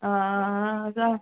आं आं आं जा